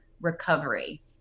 recovery